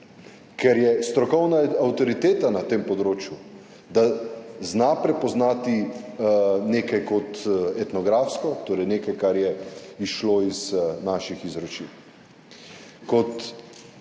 ker je strokovna avtoriteta na tem področju, da zna prepoznati nekaj kot etnografsko, torej nekaj, kar je izšlo iz naših izročil.